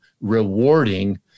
rewarding